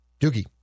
Doogie